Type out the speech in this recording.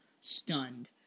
stunned